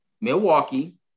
Milwaukee